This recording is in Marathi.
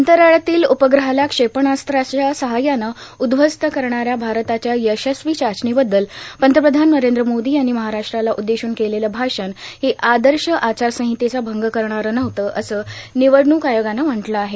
अंतराळातील उपग्रहाला क्षेपणास्त्राच्या सहाय्यानं उध्वस्त करणाऱ्या भारताच्या यशस्वी चाचणीबद्दल पंतप्रधान नरेंद्र मोदी यांनी महाराष्ट्राला उद्देशून केलेलं भाषण हे आदर्श आचारसंहितेचा भंग करणारं नव्हतं असं निवडणूक आयोगानं म्हटलं आहे